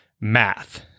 math